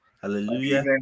hallelujah